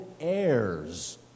heirs